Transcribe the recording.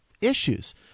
issues